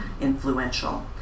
influential